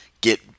get